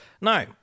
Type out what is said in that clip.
Now